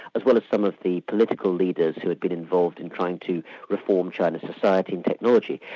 as well as some of the political leaders who had been involved in trying to reform chinese society and technology,